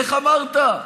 איך אמרת?